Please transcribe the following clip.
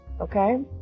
okay